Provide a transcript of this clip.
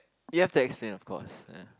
you have to explain of course ya